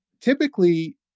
typically